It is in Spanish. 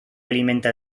alimenta